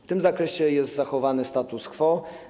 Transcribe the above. W tym zakresie jest zachowany status quo.